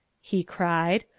he cried.